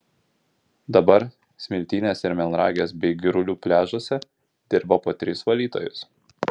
dabar smiltynės ir melnragės bei girulių pliažuose dirba po tris valytojus